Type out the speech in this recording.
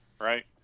right